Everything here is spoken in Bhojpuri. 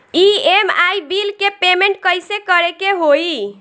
ई.एम.आई बिल के पेमेंट कइसे करे के होई?